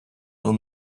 will